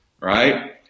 right